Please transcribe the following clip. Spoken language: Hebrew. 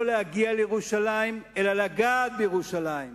לא להגיע לירושלים אלא לגעת בירושלים,